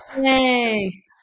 Yay